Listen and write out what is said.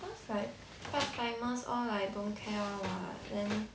cause like part timers all like don't care one what then